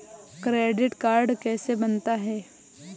Credit card कैसे बनता है?